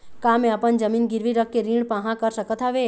का मैं अपन जमीन गिरवी रख के ऋण पाहां कर सकत हावे?